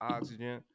Oxygen